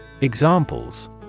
Examples